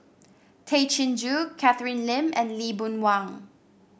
Tay Chin Joo Catherine Lim and Lee Boon Wang